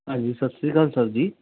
ਹਾਂਜੀ ਸਤਿ ਸ਼੍ਰੀ ਅਕਾਲ ਸਰ ਜੀ